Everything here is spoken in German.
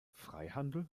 freihandel